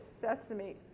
sesame